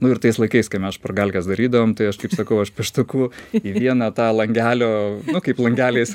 nu ir tais laikais kai mes špargalkes darydavom tai aš taip sakau aš pieštuku į vieną tą langelio kaip langeliais